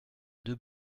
deux